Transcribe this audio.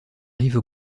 rive